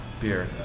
beer